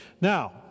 Now